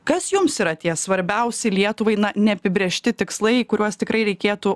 kas jums yra tie svarbiausi lietuvai na neapibrėžti tikslai kuriuos tikrai reikėtų